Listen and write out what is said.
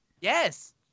Yes